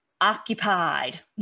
occupied